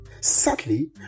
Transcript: Sadly